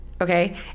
okay